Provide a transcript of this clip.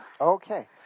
okay